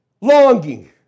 longing